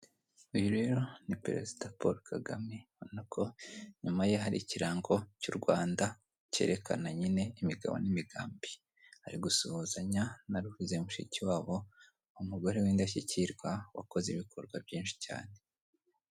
Inzu y'ubucuruzi bugezweho, irimo akabati gasa umweru gafite ububiko bugera kuri butanu bugiye butandukanye, buri bubiko bukaba burimo ibicuruzwa bigiye bitandukanye